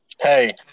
Hey